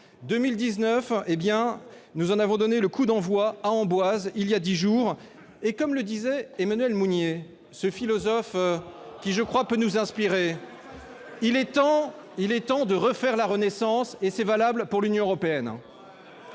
Nous avons donné le coup d'envoi à 2019 à Amboise, il y a dix jours. Comme le disait Emmanuel Mounier, ce philosophe qui, je crois, peut nous inspirer :« Il est temps de refaire la Renaissance ». Cela vaut pour l'Union européenne